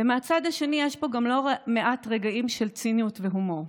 ומהצד השני יש פה גם לא מעט רגעים של ציניות והומור.